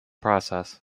process